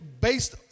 based